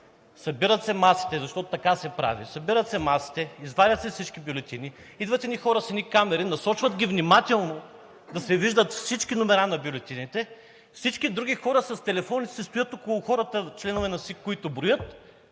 събират се масите – защото така се прави –изваждат се всички бюлетини, идват едни хора с едни камери, насочват ги внимателно да се виждат всички номера на бюлетините, всички други хора с телефоните си стоят около хората, членове на СИК, които броят,